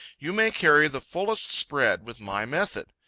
you may carry the fullest spread with my method.